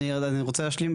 אני רוצה להשלים.